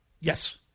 Yes